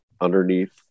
underneath